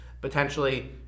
potentially